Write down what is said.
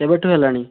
କେବେଠୁ ହେଲାଣି